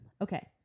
okay